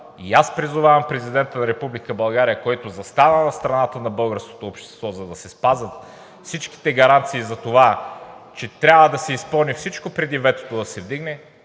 И аз призовавам Президента на Република България, който застана на страната на българското общество, за да се спазят всичките гаранции за това, че трябва да се изпълни всичко, преди ветото да се вдигне,